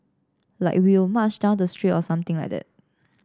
like we will march down the street or something like that